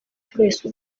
twese